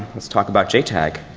talk about jtag.